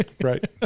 Right